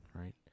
right